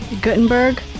Gutenberg